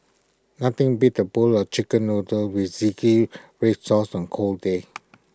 nothing beats A bowl of Chicken Noodles with Zingy Red Sauce on A cold day